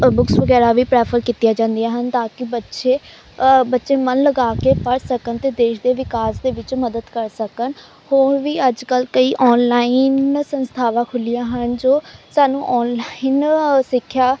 books ਵਗੈਰਾ ਵੀ prefer ਕੀਤੀਆਂ ਜਾਂਦੀਆਂ ਹਨ ਤਾਂ ਕਿ ਬੱਚੇ ਬੱਚੇ ਮਨ ਲਗਾ ਕੇ ਪੜ੍ਹ ਸਕਣ ਅਤੇ ਦੇਸ਼ ਦੇ ਵਿਕਾਸ ਦੇ ਵਿੱਚ ਮਦਦ ਕਰ ਸਕਣ ਹੋਰ ਵੀ ਅੱਜ ਕੱਲ੍ਹ ਕਈ ਔਨਲਾਈਨ ਸੰਸਥਾਵਾਂ ਖੁੱਲ੍ਹੀਆਂ ਹਨ ਜੋ ਸਾਨੂੰ ਔਨਲਾਈਨ ਸਿੱਖਿਆ